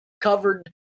covered